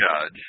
judge